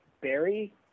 Barry